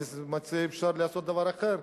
אני מציע, אפשר לעשות דבר אחר,